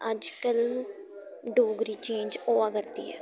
अजकल्ल डोगरी चेंज होआ करदी ऐ